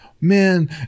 man